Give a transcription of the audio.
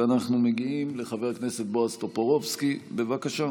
ואנחנו מגיעים לחבר הכנסת בועז טופורובסקי, בבקשה.